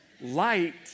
Light